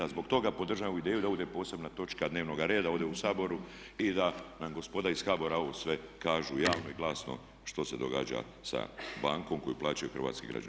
Zbog toga podržavam ovu ideju da ovo bude posebna točka dnevnoga reda ovdje u Saboru i da nam gospoda iz HBOR-a ovo sve kažu javno i glasno što se događa sa bankom koju plaćaju hrvatski građani.